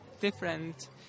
different